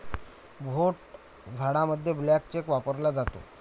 भोट जाडामध्ये blank cheque वापरला जातो